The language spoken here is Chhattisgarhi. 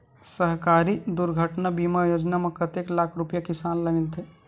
सहकारी दुर्घटना बीमा योजना म कतेक लाख रुपिया किसान ल मिलथे?